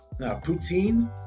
poutine